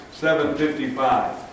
7.55